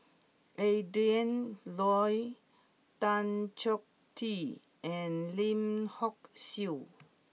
Adrin Loi Tan Choh Tee and Lim Hock Siew